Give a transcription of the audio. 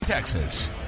Texas